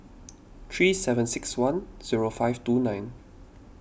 three seven six one zero five two nine